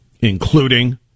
including